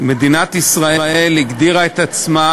מדינת ישראל הגדירה את עצמה,